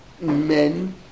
men